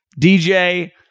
DJ